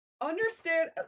Understand-